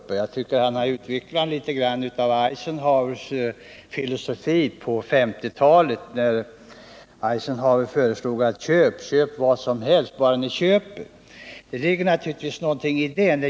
Jag tycker att Jörn Svensson har utvecklat litet grand av Eisenhowers filosofi på 1950-talet, då han föreslog: Köp, köp vad som helst bara ni köper. Det ligger naturligtvis någonting i det.